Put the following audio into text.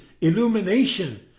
illumination